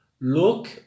Look